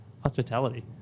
hospitality